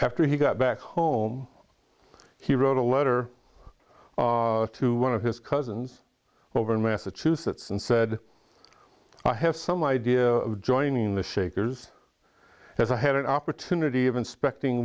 after he got back home he wrote a letter to one of his cousins over in massachusetts and said i have some idea of joining the shakers as i had an opportunity of inspecting